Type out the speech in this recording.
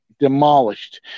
demolished